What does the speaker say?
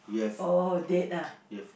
oh date ah